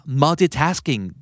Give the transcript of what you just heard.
multitasking